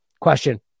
question